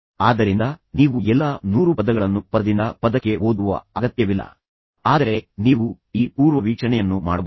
ಆದ್ದರಿಂದ ನೀವು ಎಲ್ಲಾ 100 ಪದಗಳನ್ನು ಪದದಿಂದ ಪದಕ್ಕೆ ಓದುವ ಅಗತ್ಯವಿಲ್ಲ ಆದರೆ ನೀವು ಈ ಪೂರ್ವವೀಕ್ಷಣೆಯನ್ನು ಮಾಡಬಹುದು